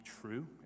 true